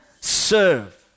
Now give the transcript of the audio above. serve